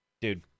Dude